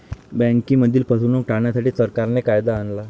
बँकांमधील फसवणूक टाळण्यासाठी, सरकारने कायदा आणला